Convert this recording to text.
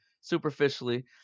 superficially